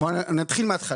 אני אתחיל מהתחלה.